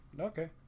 okay